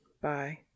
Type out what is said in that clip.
Bye